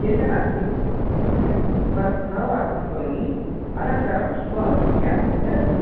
चिन्ता नास्ति अहं तेन सह एकवारं पुनः वार्तां करोमि अनन्तरं श्वः सूचयामि चलति